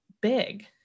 big